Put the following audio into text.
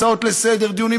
בהצעות לסדר-היום,